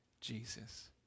Jesus